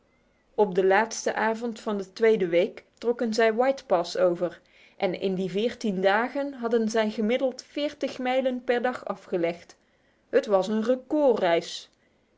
op de laatste avond van de tweede week trokken zij white pass over en in die veertien dagen hadden zij gemiddeld veertig mijlen per dag afgelegd het was een record reis